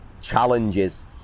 challenges